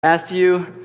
Matthew